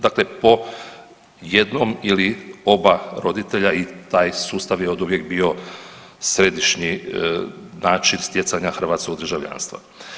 Dakle po jednom ili oba roditelja i taj sustav je oduvijek bio središnji način stjecanja hrvatskog državljanstva.